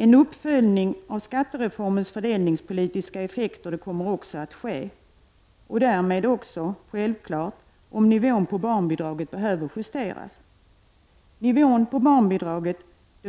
En uppföljning av skattereformens fördelningspolitiska effekter kommer också att ske, och då får man självfallet också se om barnbidraget behöver justeras. Nivån på barnbidraget